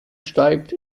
steigt